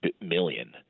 million